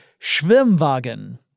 Schwimmwagen